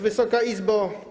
Wysoka Izbo!